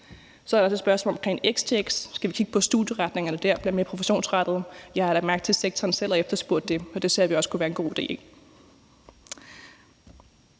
Der er også et spørgsmål omkring stx, og om vi skal kigge på, at studieretningerne dér bliver mere professionsrettede. Jeg har lagt mærke til, at sektoren selv har efterspurgt det, og det ser vi også kunne være en god idé.